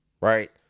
right